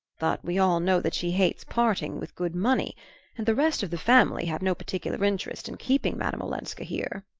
but we all know that she hates parting with good money and the rest of the family have no particular interest in keeping madame olenska here.